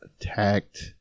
attacked